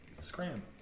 scram